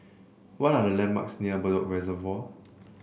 what are the landmarks near Bedok Reservoir